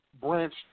branch